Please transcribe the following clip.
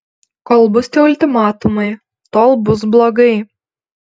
kol bus tie ultimatumai tol bus blogai